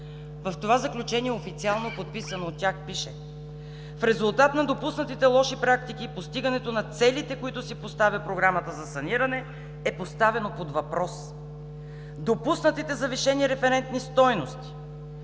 В това заключение, официално подписано от тях, пише: „В резултат на допуснатите лоши практики, постигането на целите, които си поставя програмата за саниране, е поставено под въпрос. Допуснатите завишени референтни стойности,